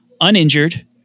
uninjured